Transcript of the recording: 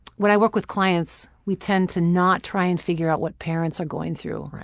when i work with clients, we tend to not try and figure out what parents are going through.